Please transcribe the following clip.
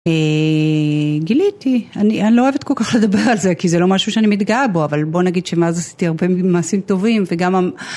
גיליתי. אני, אני לא אוהבת כל כך לדבר על זה כי זה לא משהו שאני מתגאה בו אבל בוא נגיד שמאז עשיתי הרבה מעשים טובים וגם